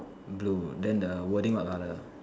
blue then the wording what colour